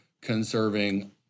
conserving